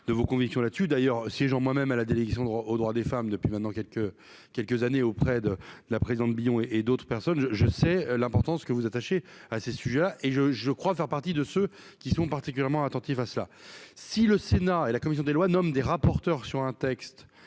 de vos convictions sur ce sujet. Siégeant moi-même à la délégation aux droits des femmes depuis maintenant quelques années, auprès, notamment, de la présidente Annick Billon, je sais l'importance que vous accordez à ces sujets et je crois faire partie de ceux qui y sont particulièrement attentifs. Le Sénat et la commission des lois nomment des rapporteurs sur un texte